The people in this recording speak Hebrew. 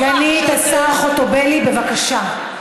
סגנית השר חוטובלי, בבקשה.